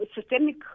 systemic